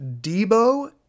Debo